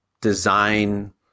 design